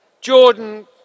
Jordan